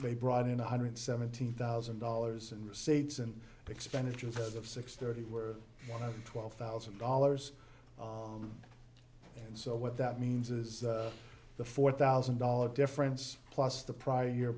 they brought in one hundred seventeen thousand dollars and receipts and expenditures as of six thirty were one of twelve thousand dollars and so what that means is the four thousand dollars difference plus the prior